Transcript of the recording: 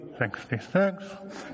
66